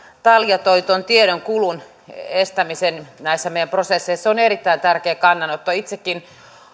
talja toi esiin tuon tiedonkulun estämisen näissä meidän prosesseissa se on erittäin tärkeä kannanotto itsekin